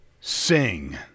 sing